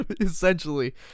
Essentially